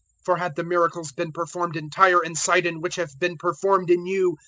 for had the miracles been performed in tyre and sidon which have been performed in you,